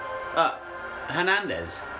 Hernandez